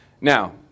Now